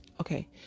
okay